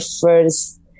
first